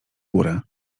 górę